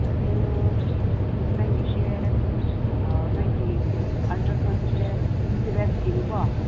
ꯑꯗꯨ ꯅꯪꯒꯤꯁꯦ ꯅꯪꯒꯤ ꯑꯜꯇ꯭ꯔꯥ ꯁꯥꯎꯟꯁꯦ ꯌꯨꯇꯦꯔꯁꯀꯤꯅꯤꯀꯣ